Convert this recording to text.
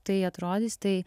tai atrodys tai